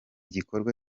gikorwa